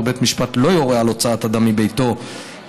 ובית המשפט לא יורה על הוצאת אדם מביתו בניגוד